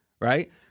right